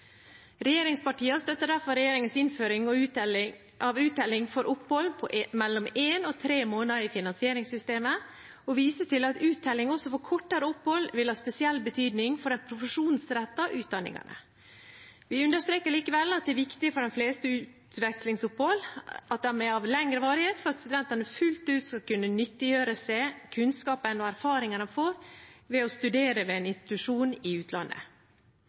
støtter derfor regjeringens innføring av uttelling for opphold på mellom én og tre måneder i finansieringssystemet og viser til at uttelling også for kortere opphold vil ha spesiell betydning for de profesjonsrettede utdanningene. Vi understreker likevel at det er viktig for de fleste utvekslingsopphold at de er av lengre varighet, for at studentene fullt ut skal kunne nyttiggjøre seg kunnskapen og erfaringene de får ved å studere ved en institusjon i utlandet.